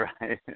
right